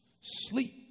sleep